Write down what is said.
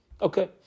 Okay